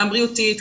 גם בריאותית,